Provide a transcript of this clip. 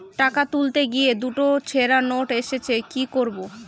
টাকা তুলতে গিয়ে দুটো ছেড়া নোট এসেছে কি করবো?